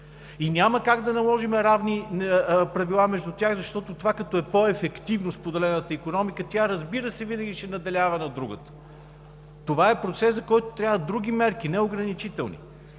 Няма как да наложим равни правила между тях, защото това е по-ефективно – споделената икономика, разбира се, тя винаги ще надделява над другата. Това е процес, за който трябват други мерки, а не ограничителни.